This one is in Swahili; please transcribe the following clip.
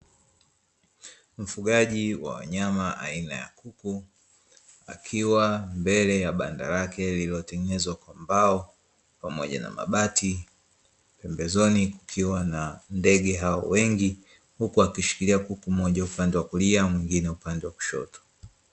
Mfugaji wa wanyama aina ya kuku akiwa mbele ya banda lake lililotengenezwa kwa mbao pamoa na mabati, pembezoni kukiwa na ndege hao wengi huku akishikiria kuku mmoja upande wa kulia mwingine upande wa kushoto.